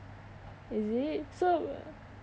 is it so